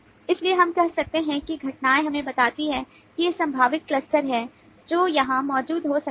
इसलिए हम कह सकते हैं कि घटनाएँ हमें बताती हैं कि ये संभावित cluster हैं जो यहाँ मौजूद हो सकते हैं